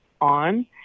on